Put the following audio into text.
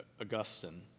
Augustine